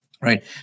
Right